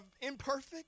imperfect